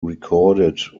recorded